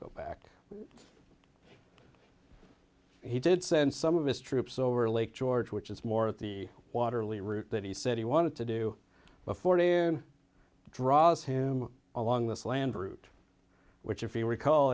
route back he did send some of his troops over lake george which is more of the water lee route that he said he wanted to do before in draws him along this land route which